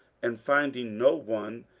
and, finding no one,